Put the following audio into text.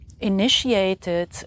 Initiated